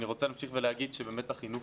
אני רוצה להמשיך ולהגיד שבאמת החינוך